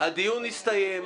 הדיון הסתיים.